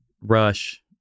rush